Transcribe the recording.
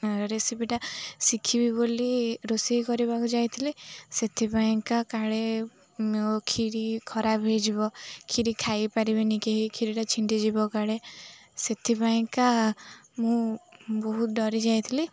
ରେସିପିଟା ଶିଖିବି ବୋଲି ରୋଷେଇ କରିବାକୁ ଯାଇଥିଲି ସେଥିପାଇଁକା କାଳେ କ୍ଷୀରି ଖରାପ ହେଇଯିବ କ୍ଷୀରି ଖାଇପାରିବିନି କେହିଇ କ୍ଷୀରିଟା ଛିଣ୍ଡିଯିବ କାଳେ ସେଥିପାଇଁକା ମୁଁ ବହୁତ ଡ଼ରି ଯାଇଥିଲି